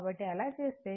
కాబట్టి అలా చేస్తే